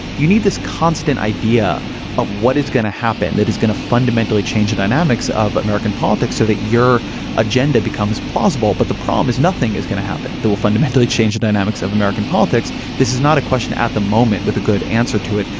you need this constant idea of what is going to happen that is going to fundamentally change the dynamics of american politics so that your agenda becomes plausible. but the problem is, nothing is going to happen that will fundamentally change the dynamics of american politics. this is not a question at the moment with a good answer to it.